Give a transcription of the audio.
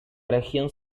región